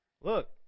look